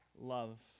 love